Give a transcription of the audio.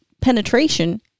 penetration